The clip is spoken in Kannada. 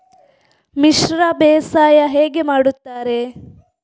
ಮಿಶ್ರ ಬೇಸಾಯ ಹೇಗೆ ಮಾಡುತ್ತಾರೆ?